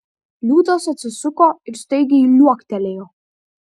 liūtas atsisuko ir staigiai liuoktelėjo